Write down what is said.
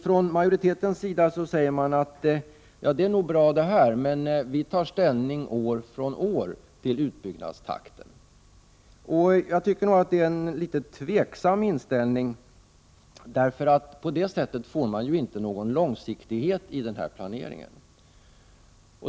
Från majoritetens sida säger man emellertid: Ja, det här är nog bra. Men vi tar ställning till utbyggnadstakten från år till år. Jag tycker nog att det är en litet tveksam inställning. På det sättet får man ju inte någon långsiktighet i planeringen.